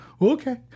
Okay